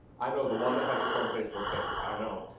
i know, the one that has its own facebook page, i know.